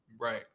Right